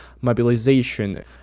mobilization